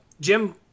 Jim